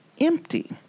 empty